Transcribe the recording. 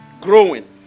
Growing